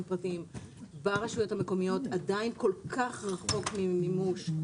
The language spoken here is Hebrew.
פרטיים ברשויות המקומיות עדיין כל כך רחוק ממימוש.